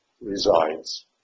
resides